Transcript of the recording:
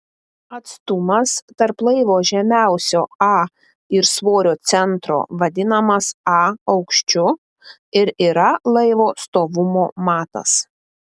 atstumas tarp laivo žemiausio a ir svorio centro vadinamas a aukščiu ir yra laivo stovumo matas